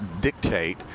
dictate